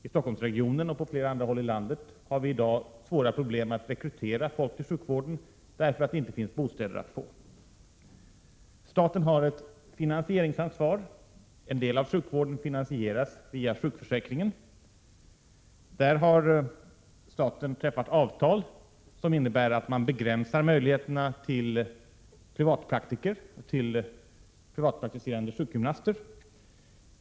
I Stockholmsregionen och på flera andra håll i landet har vi i dag svåra problem att rekrytera folk till sjukvården, därför att det inte finns bostäder att få. Staten har ett finansieringsansvar. En del av sjukvården finansieras via sjukförsäkringen. Där har staten träffat avtal som innebär att möjligheterna begränsas för privatpraktiker och privatpraktiserande sjukgymnaster.